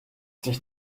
dich